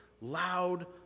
loud